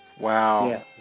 Wow